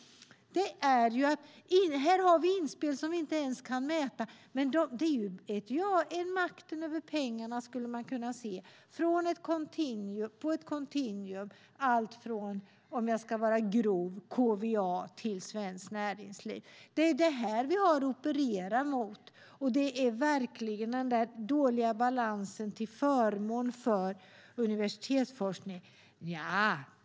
Här har vi inspel som inte ens kan mätas. Det är fråga om makten över pengarna på ett kontinuum, allt från - om jag ska vara grov - KVA till Svenskt Näringsliv. Det är det här vi har att operera mot. Det är den dåliga balansen till förmån för universitetsforskning.